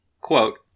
Quote